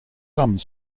some